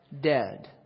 dead